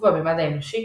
ובמימד האנושי?